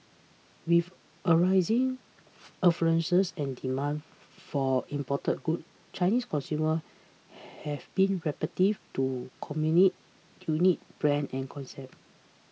with a rising affluence and demand for imported goods Chinese consumers have been receptive to Commune unique brand and concept